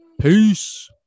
peace